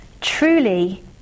Truly